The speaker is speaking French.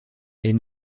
est